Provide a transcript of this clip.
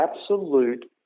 absolute